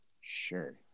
Sure